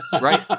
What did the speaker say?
right